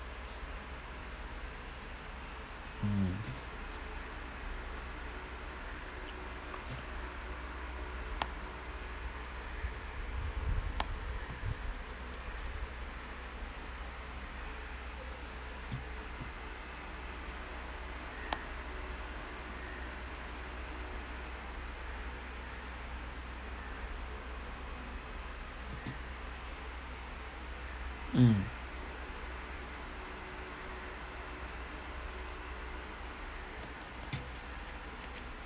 mm mmhmm